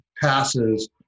passes –